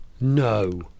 No